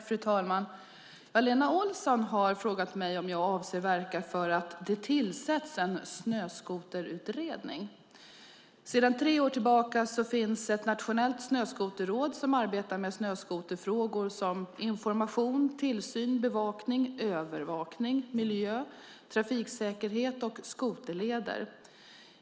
Fru talman! Lena Olsson har frågat mig om jag avser att verka för att det tillsätts en snöskoterutredning. Sedan tre år tillbaka finns Nationella Snöskoterrådet som arbetar med snöskoterfrågor såsom information, tillsyn, bevakning, övervakning, miljö, trafiksäkerhet och skoterleder.